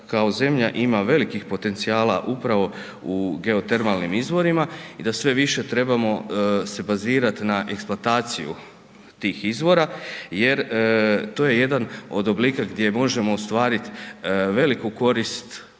kao zemlja ima velikih potencijala upravo u geotermalnim izvorima i da sve više se trebamo se bazirati na eksplantaciju tih izvora, jer to je jedan od oblika gdje možemo ostvariti veliku korist,